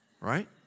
right